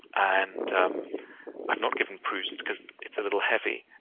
and um i've not given proust because it's a little heavy.